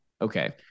okay